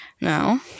Now